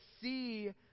see